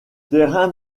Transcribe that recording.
terrain